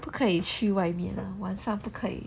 不可以去外面了晚饭不可以